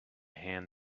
hand